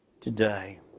today